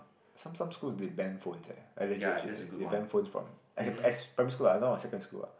some some schools they banned phones eh legit legit like they banned phones from as primary school ah no ah secondary school ah